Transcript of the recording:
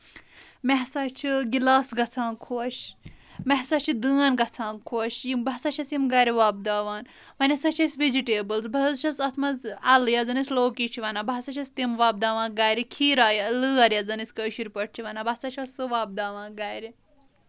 مےٚ سا چھُ گِلاس گژھان خۄش مےٚ سا چھُ دٲنۍ گژھان خۄش یِم بہٕ ہسا چھس یِم گرِ وۄپدوان وۄنۍ ہسا چھِ اسہِ وِجِٹیبٕلز بہٕ حظ چھَس اَتھ منٛز اَلہٕ یَتھ زَن أسۍ لوکی چھِ وَنان بہٕ ہسا چھَس تِم وۄپداوان گرِ کھیٖرا لٲر یتھ زَن أسۍ کٲشِر پٲٹھۍ چھِ ونان بہٕ چھَس سُہ وۄپداوان گرِ